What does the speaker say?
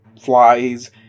flies